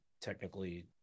technically